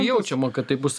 jaučiama kad tai bus